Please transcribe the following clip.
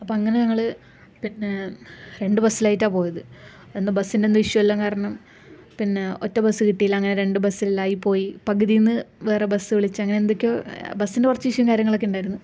അപ്പം അങ്ങനെ ഞങ്ങള് പിന്നെ രണ്ടു ബസില് ആയിട്ടാണ് പോയത് പിന്നെ ബസിനെന്തോ ഇഷ്യൂ എല്ലാം കാരണം പിന്നെ ഒറ്റ ബസ് കിട്ടിയില്ല അങ്ങനെ രണ്ടു ബസുകളിലായി പോയി പകുതീന്ന് വേറെ ബസ് വിളിച്ച് അങ്ങനെ എന്തൊക്കെയോ ബസിന്റെ കുറച്ച് ഇഷ്യുവും കാര്യങ്ങളൊക്കെ ഉണ്ടായിരുന്നു